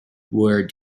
were